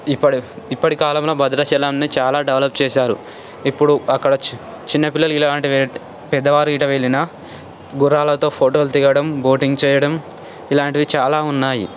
ఇప్పడు ఇప్పటి కాలంలో భద్రాచలంని చాలా డెవలప్ చేశారు ఇప్పుడు అక్కడ చిన్న చిన్న పిల్లలు ఇలాంటి పెద్దవారు ఇట వెళ్లిన గుర్రాలతో ఫోటోలు దిగడం బోటింగ్ చేయడం ఇలాంటివి చాలా ఉన్నాయి